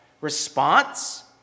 response